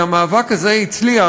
והמאבק הזה הצליח,